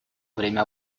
время